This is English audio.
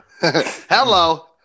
Hello